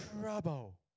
trouble